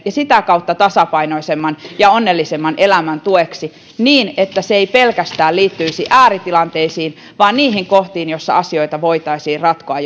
ja sitä kautta tasapainoisemman ja onnellisemman elämän tueksi niin että se ei liittyisi pelkästään ääritilanteisiin vaan niihin kohtiin joissa asioita voitaisiin ratkoa